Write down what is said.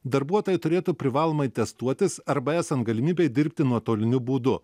darbuotojai turėtų privalomai atestuotis arba esant galimybei dirbti nuotoliniu būdu